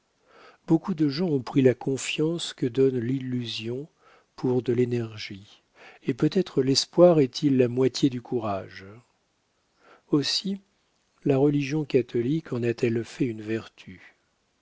beaucoup de gens ont pris la confiance que donne l'illusion pour de l'énergie et peut-être l'espoir est-il la moitié du courage aussi la religion catholique en a-t-elle fait une vertu